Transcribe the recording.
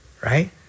right